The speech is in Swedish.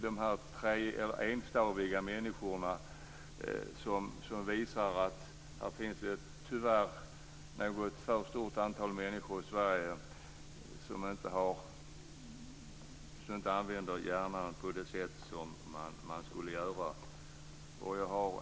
De här enstaviga människorna visar att det tyvärr finns ett något för stort antal människor i Sverige som inte använder hjärnan på det sätt som man borde göra.